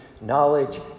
knowledge